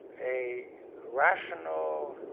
a rational